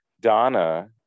donna